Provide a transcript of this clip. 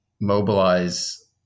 mobilize